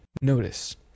notice